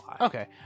Okay